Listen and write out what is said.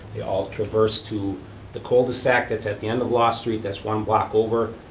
they all traverse to the cul-de-sac that's at the end of lawe street, that's one block over,